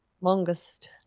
longest